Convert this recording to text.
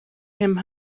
him